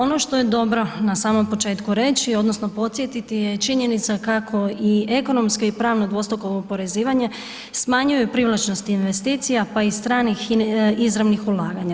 Ono što je dobro na samom početku reći odnosno podsjetiti je činjenica kako i ekonomsko i pravno dvostruko oporezivanje smanjuju privlačnost investicija pa i stranih izravnih ulaganja.